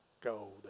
gold